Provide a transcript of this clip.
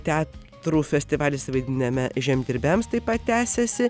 teatrų festivalis vaidiname žemdirbiams taip pat tęsiasi